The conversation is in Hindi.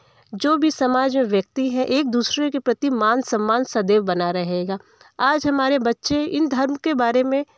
जो भी समाज में व्यक्ति है एक दूसरे के प्रति मान सम्मान सदैव बना रहेगा आज हमारे बच्चे इन धर्म के बारे में